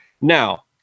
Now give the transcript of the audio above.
Now